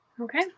Okay